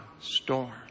storm